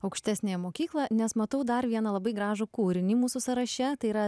aukštesniąją mokyklą nes matau dar vieną labai gražų kūrinį mūsų sąraše tai yra